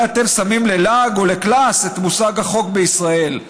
הרי אתם שמים ללעג ולקלס את מושג החוק בישראל.